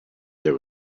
there